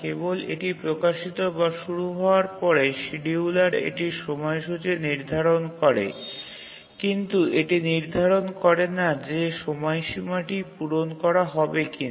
কেবল এটি প্রকাশিত বা শুরু হওয়ার পরে শিডিয়ুলার এটির সময়সূচী নির্ধারণ করে কিন্তু এটি নির্ধারণ করে না যে সময়সীমাটি পূরণ করা হবে কিনা